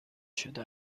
شده